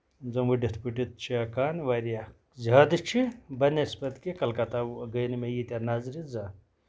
یِم زَن ؤڈِتھ پٔڈِتھ چھِ ہٮ۪کان واریاہ زیادٕ چھِ بَنیٚسبَت کہِ کَلکتا گٔے نہٕ مےٚ یٖتیاہ نَظرِ زانٛہہ